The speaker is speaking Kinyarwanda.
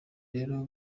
rero